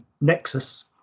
Nexus